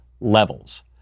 levels